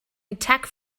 attack